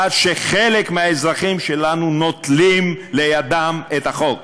עד שחלק מהאזרחים שלנו נוטלים לידם את החוק.